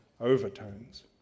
overtones